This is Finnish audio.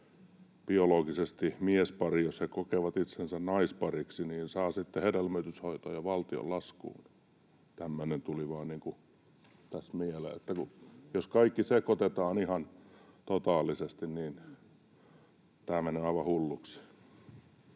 biologisesti miespari, jos he kokevat itsensä naispariksi, saa sitten hedelmöityshoitoja valtion laskuun. Tämmöinen tuli vain tässä mieleen. Jos kaikki sekoitetaan ihan totaalisesti, niin tämä menee aivan hulluksi.